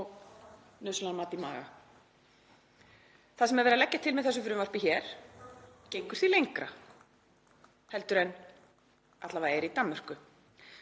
og nauðsynlegan mat í maga. Það sem verið er að leggja til með þessu frumvarpi hér gengur því lengra heldur en alla vega er í Danmörku.